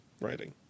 Writing